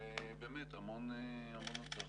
המון הצלחה.